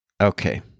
okay